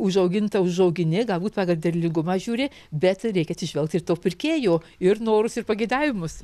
užaugint užaugini galbūt pagal derlingumą žiūri bet reikia atsižvelgt ir tų pirkėjų ir norus ir pageidavimus